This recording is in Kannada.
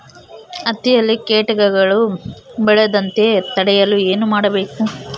ಹತ್ತಿಯಲ್ಲಿ ಕೇಟಗಳು ಬೇಳದಂತೆ ತಡೆಯಲು ಏನು ಮಾಡಬೇಕು?